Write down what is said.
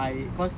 novelty